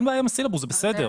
אין בעיה עם הסילבוס, זה בסדר.